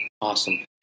Awesome